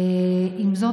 עם זאת,